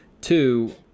Two